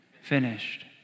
finished